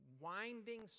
winding